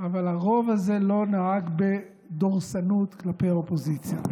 אבל הרוב הזה לא נהג בדורסנות כלפי האופוזיציה.